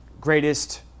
greatest